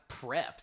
prepped